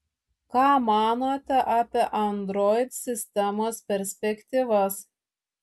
ką manote apie android sistemos perspektyvas